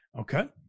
Okay